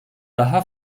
daha